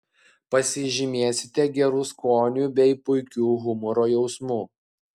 pasižymėsite geru skoniu bei puikiu humoro jausmu